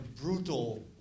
brutal